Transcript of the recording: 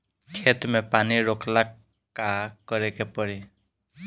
खेत मे पानी रोकेला का करे के परी?